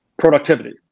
Productivity